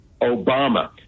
Obama